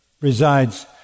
resides